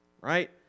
right